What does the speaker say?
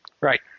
Right